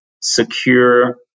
secure